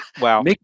Wow